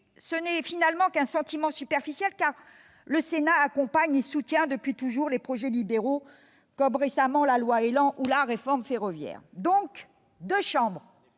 Ce n'est finalement qu'un sentiment superficiel, car le Sénat accompagne et soutient depuis toujours les projets libéraux, comme récemment la loi ÉLAN ou la réforme ferroviaire. Nous ne sommes